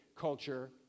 culture